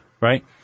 Right